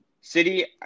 City